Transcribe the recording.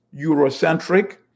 Eurocentric